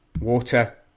water